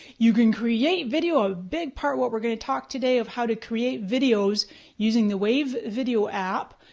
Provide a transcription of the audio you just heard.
you can create video, a big part what we're gonna talk today of how to create videos using the wave video app,